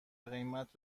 قیمت